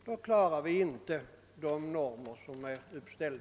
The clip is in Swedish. Då klarar vi inte den målsättning som är uppställd.